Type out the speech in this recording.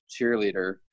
cheerleader